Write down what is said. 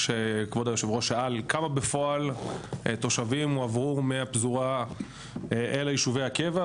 כבוד היו"ר שאל כמה תושבים הועברו בפועל מהפזורה אל יישובי הקבע,